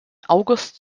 august